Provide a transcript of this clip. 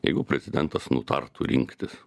jeigu prezidentas nutartų rinktis